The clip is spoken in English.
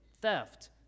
theft